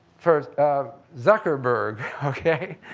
for zuckerburg, ok,